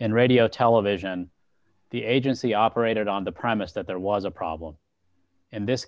in radio television the agency operated on the premise that there was a problem and this